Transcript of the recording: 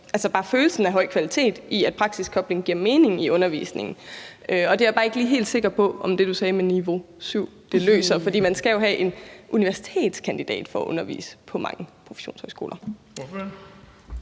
vigtigt for følelsen af høj kvalitet, ved at praksiskobling giver mening i undervisningen. Og det er jeg bare ikke lige helt sikker på at det, du sagde med niveau 7, løser, for man skal jo have taget en universitetskandidatuddannelse for at undervise på mange professionshøjskoler.